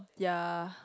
ya